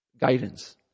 guidance